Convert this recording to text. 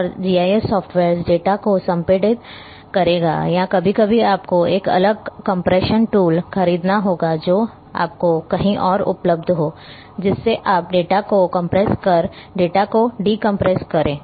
और GIS softwares data को संपीड़ित करेगा या कभी कभी आपको एक अलग कंप्रेशन टूल खरीदना होगा जो आपको कहीं और उपलब्ध हो जिससे आप डेटा को कंप्रेस करें डेटा को डिकम्प्रेस करें